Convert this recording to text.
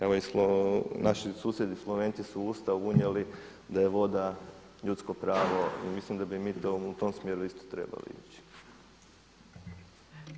Evo naši susjedi Slovenci su u ustav unijeli da je voda ljudsko pravo i mislim da bi mi to u tom smjeru isto trebali ići.